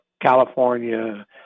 California